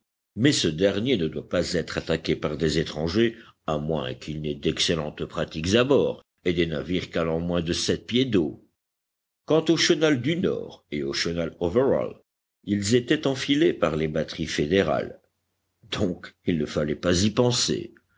mais ce dernier ne doit pas être attaqué par des étrangers à moins qu'ils n'aient d'excellentes pratiques à bord et des navires calant moins de sept pieds d'eau quand au chenal du nord et au chenal overall ils étaient enfilés par les batteries fédérales donc il ne fallait pas y penser